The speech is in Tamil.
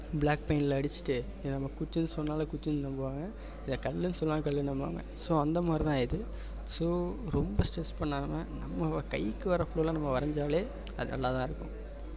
ப்ளாக் பெயிண்ட்டில் அடிச்சுட்டு இதை நம்ம குச்சின்னு சொன்னாலும் குச்சின்னு நம்புவாங்க இதை கல்லுன்னு சொன்னாலும் கல்லுன்னு நம்புவாங்க ஸோ அந்த மாதிரி தான் இது ஸோ ரொம்ப ஸ்ட்ரெஸ் பண்ணாமல் நம்ம கைக்கு வர்ற பொருளை நம்ம வரைஞ்சாலே அது நல்லா தான் இருக்கும்